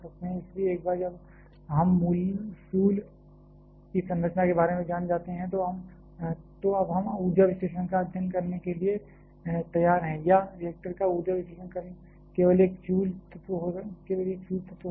इसलिए एक बार जब हम फ्यूल की संरचना के बारे में जान जाते हैं तो अब हम ऊर्जा विश्लेषण का अध्ययन करने के लिए तैयार हैं या रिएक्टर का ऊर्जा विश्लेषण केवल एक फ्यूल तत्व हो सकता है